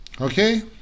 Okay